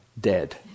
dead